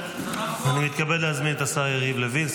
אני מתכבד להזמין את השר יריב לוין,